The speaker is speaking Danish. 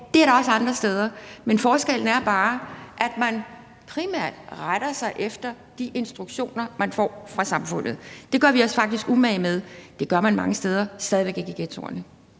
det er der også andre steder, men forskellen er bare, at man primært retter sig efter de instruktioner, man får fra samfundet. Det gør vi os faktisk umage med. Men det gør man mange steder i ghettoerne